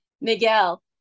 Miguel